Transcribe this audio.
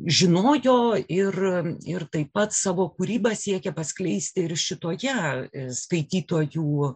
žinojo ir ir taip pat savo kūrybą siekė paskleisti ir šitoje skaitytojų